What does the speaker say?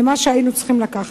נוסף על מה שהיינו צריכים לקחת.